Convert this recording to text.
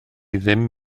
ddim